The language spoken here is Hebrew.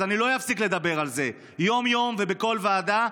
אז אני לא אפסיק לדבר על זה יום-יום ובכל ועדה,